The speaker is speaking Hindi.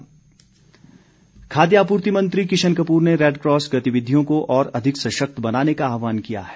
किशन कपूर खाद्य आपूर्ति मंत्री किशन कपूर ने रेडक्रॉस गतिविधियों को और अधिक सशक्त बनाने का आहवान किया है